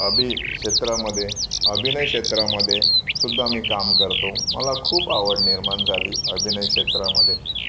अभि क्षेत्रामध्ये अभिनय क्षेत्रामध्ये सुद्धा मी काम करतो मला खूप आवड निर्माण झाली अभिनय क्षेत्रामध्ये